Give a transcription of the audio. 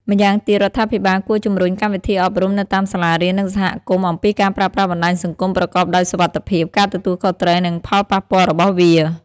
ម្យ៉ាងទៀតរដ្ឋាភិបាលគួរជំរុញកម្មវិធីអប់រំនៅតាមសាលារៀននិងសហគមន៍អំពីការប្រើប្រាស់បណ្តាញសង្គមប្រកបដោយសុវត្ថិភាព ការទទួលខុសត្រូវ និងផលប៉ះពាល់របស់វា។